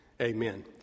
amen